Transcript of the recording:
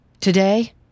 Today